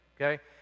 okay